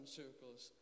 circles